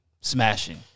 smashing